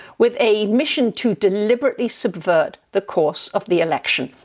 with a mission to deliberately subvert the course of the election.